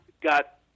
got